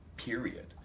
period